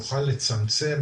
נוכל לצמצם,